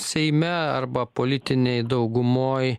seime arba politinėj daugumoj